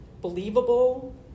believable